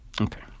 Okay